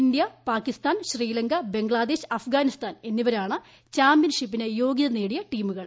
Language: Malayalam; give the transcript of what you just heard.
ഇന്ത്യ പാകിസ്ഥാൻ ശ്രീലങ്ക ബംഗ്ലാദേശ് അഫ്ഗാനിസ്ഥാൻ എന്നിവരാണ് ചാമ്പ്യൻഷിപ്പിനു യോഗൃത നേടിയ ടീമുകൾ